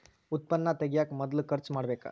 ಉತ್ಪನ್ನಾ ತಗಿಯಾಕ ಮೊದಲ ಖರ್ಚು ಮಾಡಬೇಕ